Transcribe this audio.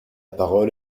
parole